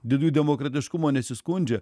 dėl jų demokratiškumo nesiskundžia